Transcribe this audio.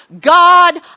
God